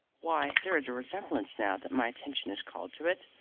why, there is a resemblance, now that my attention is called to it.